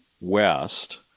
west